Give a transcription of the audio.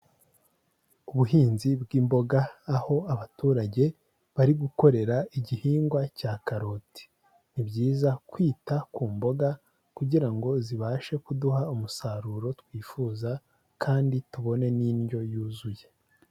Ubuhinzi bw'imboga, aho abaturage bari gukorera igihingwa cya karoti. Ni byiza kwita ku mboga kugira ngo zibashe kuduha umusaruro twifuza kandi tubone n'indyo yuzuye.